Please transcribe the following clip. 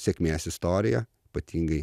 sėkmės istorija ypatingai